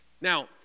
Now